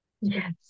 yes